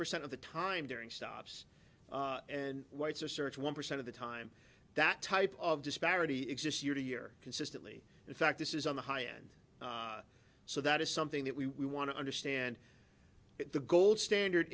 percent of the time during stops and whites are search one percent of the time that type of disparity exists year to year consistently in fact this is on the high end so that is something that we want to understand the gold standard